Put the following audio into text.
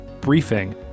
Briefing